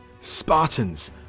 spartans